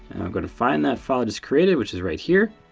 going to find that file just created, which is right here.